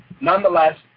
Nonetheless